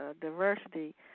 Diversity